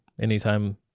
anytime